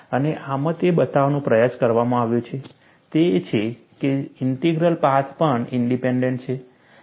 અને આમાં જે બતાવવાનો પ્રયાસ કરવામાં આવ્યો છે તે એ છે કે ઇન્ટિગ્રલ પાથ પણ ઇન્ડીપેન્ડન્ટ છે